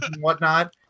whatnot